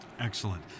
Excellent